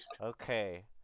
Okay